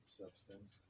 substance